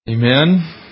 Amen